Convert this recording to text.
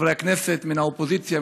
חברי הכנסת מן האופוזיציה,